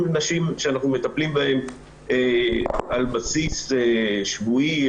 נשים שאנחנו מטפלים בהן על בסיס שבועי,